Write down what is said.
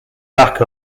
back